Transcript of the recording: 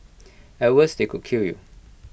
at worst they could kill you